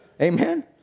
Amen